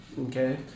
Okay